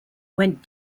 went